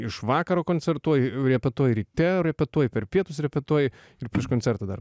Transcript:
iš vakaro koncertuoji repetuoji ryte repetuoji per pietus repetuoji ir prieš koncertą dar